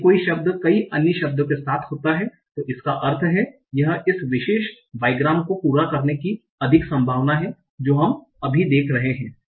यदि कोई शब्द कई अन्य शब्दों के साथ होता है इसका अर्थ है यह इस विशेष बाइग्राम्स को पूरा करने की अधिक संभावना है जो हम अभी देख रहे हैं